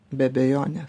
be abejonės